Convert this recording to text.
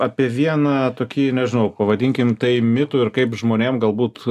apie vieną tokį nežinau pavadinkim tai mitu ir kaip žmonėm galbūt